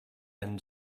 and